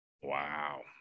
Wow